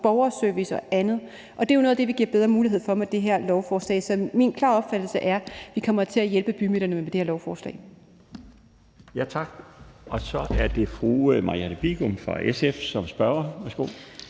borgerservice og andet, og det er jo noget af det, vi giver bedre mulighed for med det her lovforslag. Så min klare opfattelse er, at vi kommer til at hjælpe bymidterne med det her lovforslag. Kl. 15:08 Den fg. formand (Bjarne Laustsen): Tak. Så er det fru Marianne Bigum fra SF som spørger. Værsgo.